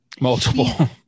Multiple